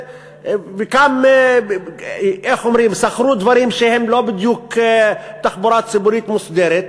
וגם שכרו דברים שהם לא בדיוק תחבורה ציבורית מוסדרת,